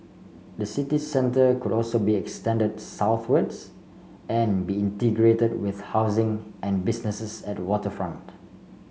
the city centre could also be extended southwards and be integrated with housing and businesses at waterfront